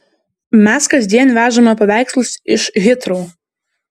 mes kasdien vežame paveikslus iš hitrou